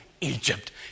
Egypt